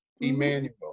Emmanuel